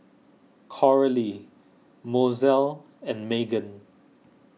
Coralie Mozelle and Magen